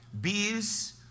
Bees